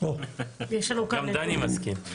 גם דני מסכים.